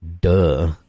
Duh